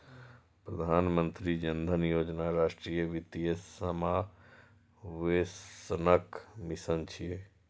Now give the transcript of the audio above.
प्रधानमंत्री जन धन योजना राष्ट्रीय वित्तीय समावेशनक मिशन छियै